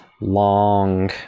long